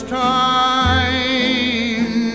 time